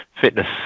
fitness